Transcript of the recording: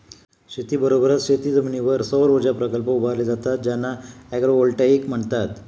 शेतीबरोबरच शेतजमिनीवर सौरऊर्जा प्रकल्प उभारले जात आहेत ज्यांना ॲग्रोव्होल्टेईक म्हणतात